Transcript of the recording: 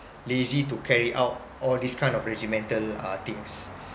lazy to carry out all this kind of regimental uh things